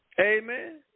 Amen